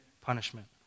punishment